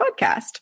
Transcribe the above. podcast